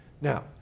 Now